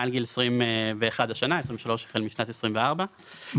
מעל גיל 21 השנה ומעל גיל 23 החל משנת 2024 --- מגיל